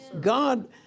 God